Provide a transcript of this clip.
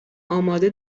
آماده